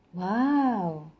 !wow!